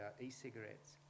e-cigarettes